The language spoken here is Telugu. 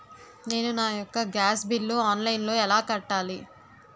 నేను నా యెక్క గ్యాస్ బిల్లు ఆన్లైన్లో ఎలా కట్టాలి?